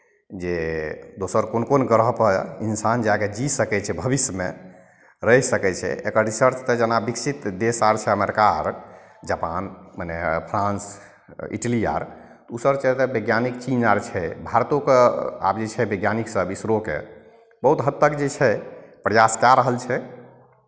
जे दोसर कोन कोन ग्रहपर इन्सान जा कऽ जी सकै छै भविष्यमे रहि सकै छै एकर रिसर्च तऽ जेना विकसित देश आर छै अमेरिका आर जापान मने फ्रांस इटली आर ओसभ जगहके वैज्ञानिक चीन आर छै भारतोके आब जे छै वैज्ञानिकसभ इसरोके बहुत हद तक जे छै प्रयास कए रहल छै